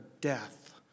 death